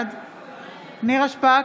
בעד נירה שפק,